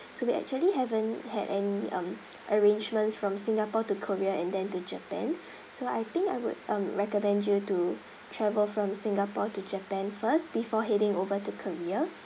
so we actually haven't had any um arrangements from singapore to korea and then to japan so I think I would um recommend you to travel from singapore to japan first before heading over to korea